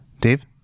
Dave